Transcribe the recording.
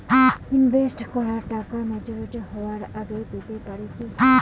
Invest করা টাকা maturity হবার আগেই পেতে পারি কি?